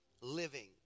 living